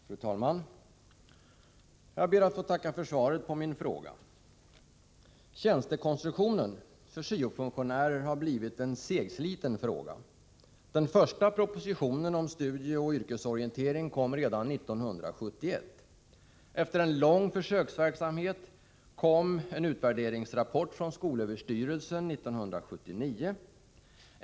Fru talman! Jag ber att få tacka för svaret på min fråga. Tjänstekonstruktionen för syo-funktionärer har blivit en segsliten fråga. Den första propositionen om studieoch yrkesorientering kom redan 1971. Efter en mycket lång försöksverksamhet kom en utvärderingsrapport från skolöverstyrelsen 1979.